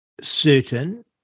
certain